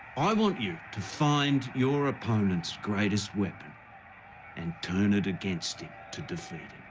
i want you to find your opponent's greatest weapon and turn it against him to defeat